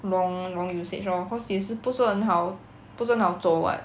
long long usage lor cause 也是不是很好不是很好走 [what]